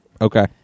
Okay